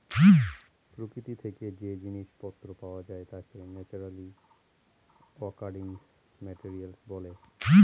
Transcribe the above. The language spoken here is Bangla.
প্রকৃতি থেকে যে জিনিস পত্র পাওয়া যায় তাকে ন্যাচারালি অকারিং মেটেরিয়াল বলে